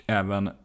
även